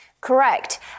Correct